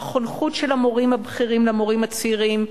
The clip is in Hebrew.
החונכות של המורים הבכירים למורים הצעירים,